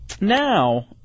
now